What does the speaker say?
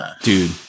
Dude